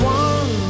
one